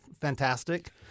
fantastic